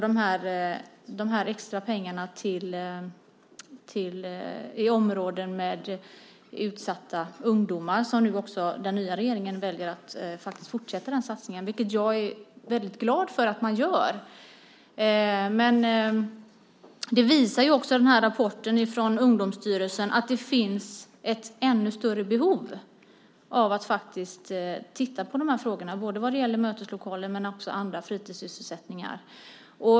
Satsningen med extra pengar i områden med utsatta ungdomar väljer nu också den nya regeringen faktiskt att fortsätta, vilket jag är väldigt glad för. Men rapporten från Ungdomsstyrelsen visar också att det finns ett ännu större behov av att faktiskt titta närmare på de här frågorna, både vad gäller möteslokaler och andra fritidssysselsättningar.